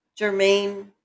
Jermaine